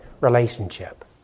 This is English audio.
relationship